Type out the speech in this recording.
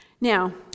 Now